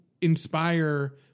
inspire